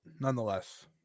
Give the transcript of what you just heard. nonetheless